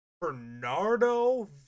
bernardo